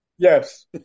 Yes